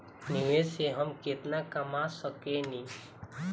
निवेश से हम केतना कमा सकेनी?